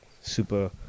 super